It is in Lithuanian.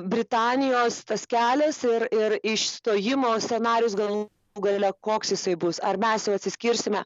britanijos tas kelias ir ir išstojimo scenarijus galų gale koks jisai bus ar mes jau atsiskirsime